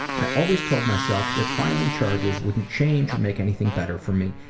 i always told myself that filing charges wouldn't change or make anything better for me,